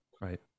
Right